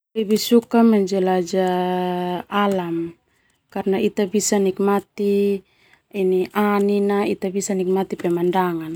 Lebih suka menjelajah alam karna ita bisa nikmati anina ita bisa nikmati pemandangan.